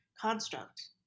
construct